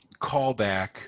callback